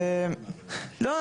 לא,